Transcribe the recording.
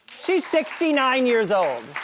she's sixty nine years old!